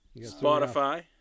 Spotify